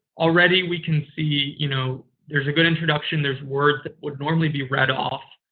already we can see, you know, there's a good introduction, there's words that would normally be read off,